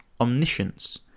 omniscience